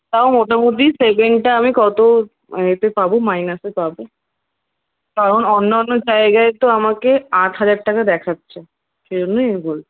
তাও মোটামুটি সেভেনটা আমি কত এতে পাবো মাইনাসে পাবো তাও অন্য অন্য জায়গায় তো আমাকে আট হাজার টাকা দেখাচ্ছে সেই জন্যই আমি বলছি